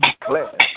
declare